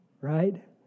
right